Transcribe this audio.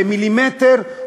במילימטר,